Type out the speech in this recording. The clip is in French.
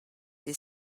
des